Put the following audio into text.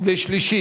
אחד נגד.